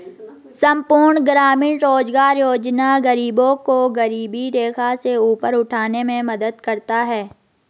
संपूर्ण ग्रामीण रोजगार योजना गरीबों को गरीबी रेखा से ऊपर उठाने में मदद करता है